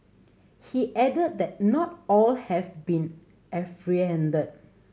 he added that not all have been